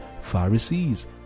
Pharisees